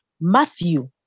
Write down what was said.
Matthew